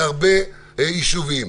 בהרבה יישובים.